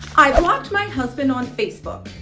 i've blocked my husband on facebook.